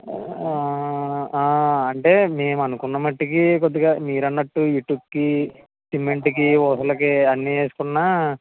అంటే మేము అనుకున్న మటికీ కొద్దిగా మీరు అనట్టు ఇటుక్కి సిమెంట్కి ఊసలకి అన్నీ ఏసుకున్నా